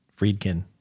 Friedkin